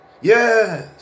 yes